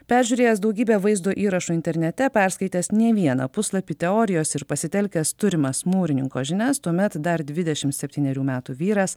peržiūrėjęs daugybę vaizdo įrašų internete perskaitęs nė vieną puslapį teorijos ir pasitelkęs turimas mūrininko žinias tuomet dar dvidešim septynerių metų vyras